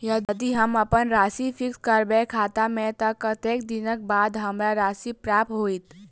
यदि हम अप्पन राशि फिक्स करबै खाता मे तऽ कत्तेक दिनक बाद हमरा राशि प्राप्त होइत?